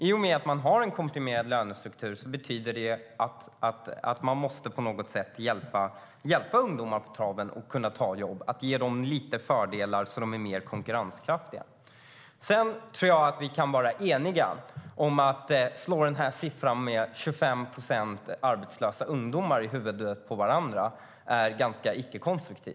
I och med att det råder en komprimerad lönestruktur måste ungdomar hjälpas på traven att få jobb, det vill säga få lite fördelar så att de blir mer konkurrenskraftiga. Vi kan vara eniga om att det icke är konstruktivt att slå siffran 25 procent arbetslösa ungdomar i huvudet på varandra.